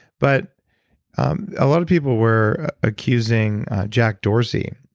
but a lot of people were accusing jack dorsey,